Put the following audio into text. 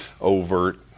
overt